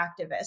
activists